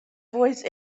voice